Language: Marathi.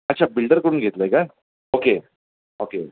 अच्छा बिल्डरकडून घेतला आहे का ओके ओके